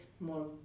more